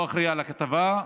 קודם כול, אני לא אחראי לכתבה,